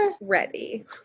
ready